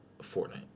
Fortnite